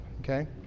okay